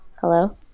hello